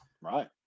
Right